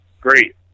Great